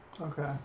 Okay